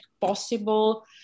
possible